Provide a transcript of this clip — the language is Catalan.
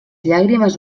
llàgrimes